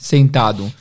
Sentado